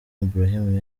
ibrahim